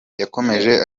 yakomeje